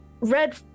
Red